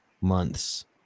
months